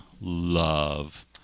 love